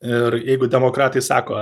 ir jeigu demokratai sako